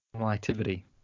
activity